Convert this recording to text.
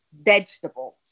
vegetables